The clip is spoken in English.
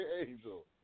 angel